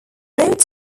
rhodes